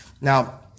Now